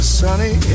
sunny